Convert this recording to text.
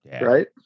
Right